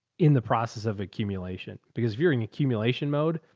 in the process of accumulation, because if you're in accumulation mode,